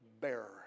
bearer